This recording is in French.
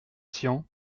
tian